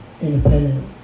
independent